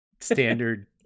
Standard